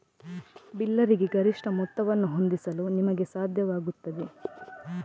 ಬಿಲ್ಲರಿಗೆ ಗರಿಷ್ಠ ಮೊತ್ತವನ್ನು ಹೊಂದಿಸಲು ನಿಮಗೆ ಸಾಧ್ಯವಾಗುತ್ತದೆ